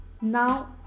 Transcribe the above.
Now